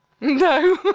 No